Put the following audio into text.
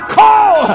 call